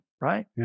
right